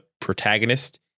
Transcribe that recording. protagonist